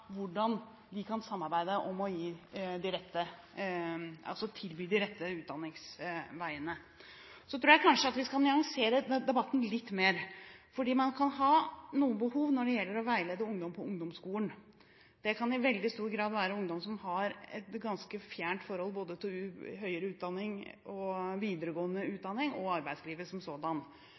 hvordan de kan samarbeide om å tilby de rette utdanningsveiene. Så tror jeg kanskje at vi skal nyansere denne debatten litt mer, for man kan ha noe behov når det gjelder å veilede ungdom på ungdomsskolen. Det kan i veldig stor grad være ungdom som har et ganske fjernt forhold til både høyere utdanning og videregående utdanning og arbeidslivet som